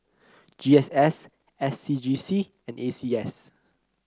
G S S S C G C and E C S